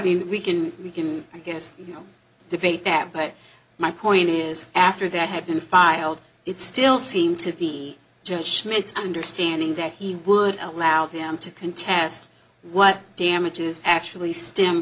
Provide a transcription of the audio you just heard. mean we can we can i guess you know debate that but my point is after that had been filed it still seemed to be john smith's understanding that he would allow them to contest what damages actually stem